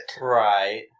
Right